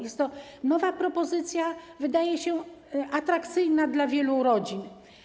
Jest to nowa propozycja, wydaje się, atrakcyjna dla wielu rodzin.